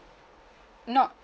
not